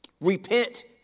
Repent